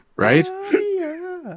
Right